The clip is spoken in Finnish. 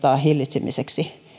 hillitsemiseen